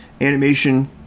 Animation